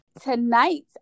Tonight